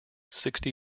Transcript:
sixty